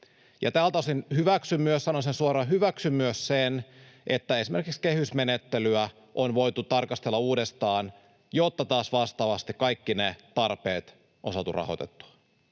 Tältä osin hyväksyn myös esimerkiksi sen — sanon sen suoraan — että kehysmenettelyä on voitu tarkastella uudestaan, jotta vastaavasti kaikki ne tarpeet on saatu rahoitettua.